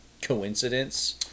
coincidence